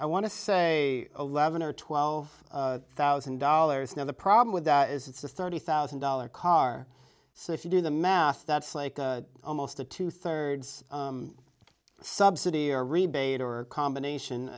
to say eleven or twelve thousand dollars now the problem with that is it's a thirty thousand dollars car so if you do the math that's like almost a two thirds subsidy or rebate or combination